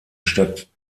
stadt